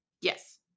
yes